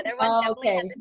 okay